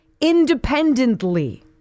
independently